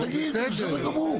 בסדר גמור.